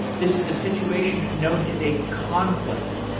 this is a situation known as a conflict.